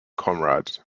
comrades